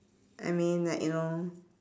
I mean like you know